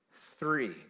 three